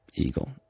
Eagle